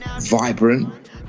vibrant